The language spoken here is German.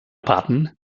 patten